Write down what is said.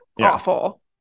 awful